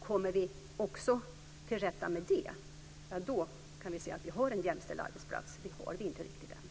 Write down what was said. Kommer vi också till rätta med det kan vi säga att vi har en jämställd arbetsplats. Det har vi inte riktigt i dag.